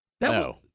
No